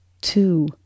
two